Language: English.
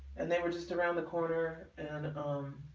and they were just around the corner and and um